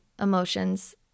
emotions